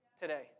today